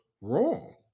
wrong